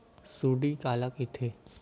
सुंडी काला कइथे?